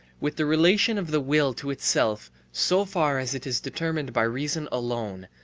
with the relation of the will to itself so far as it is determined by reason alone,